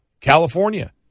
California